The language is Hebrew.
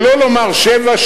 שלא לומר שבע,